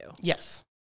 Yes